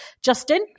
Justin